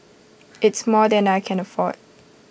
it's more than I can afford